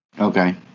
Okay